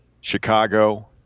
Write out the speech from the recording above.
chicago